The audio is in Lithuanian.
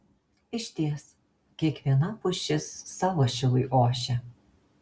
išties kiekviena pušis savo šilui ošia